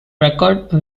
record